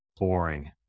boring